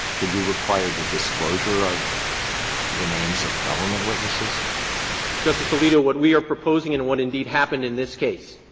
could you require the disclosure of the names of government witnesses? srebnick justice alito, what we are proposing and what indeed happened in this case,